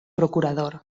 procurador